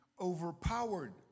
overpowered